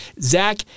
Zach